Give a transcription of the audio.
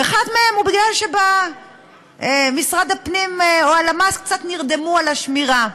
ואחד מהם הוא בגלל שבמשרד הפנים או הלמ"ס קצת נרדמו בשמירה,